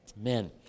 Amen